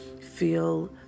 feel